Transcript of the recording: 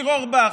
ניר אורבך.